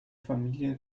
familie